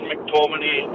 McTominay